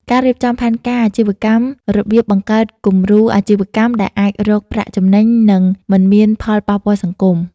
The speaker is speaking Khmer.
ការរៀបចំផែនការអាជីវកម្មរបៀបបង្កើតគំរូអាជីវកម្មដែលអាចរកប្រាក់ចំណេញ និងមិនមានផលប៉ះពាល់សង្គម ។